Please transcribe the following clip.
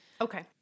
okay